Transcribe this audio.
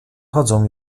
chodzą